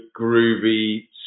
groovy